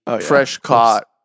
Fresh-caught